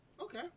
Okay